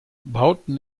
bauten